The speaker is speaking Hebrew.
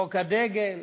חוק הדגל,